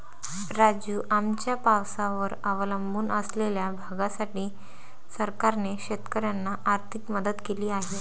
राजू, आमच्या पावसावर अवलंबून असलेल्या भागासाठी सरकारने शेतकऱ्यांना आर्थिक मदत केली आहे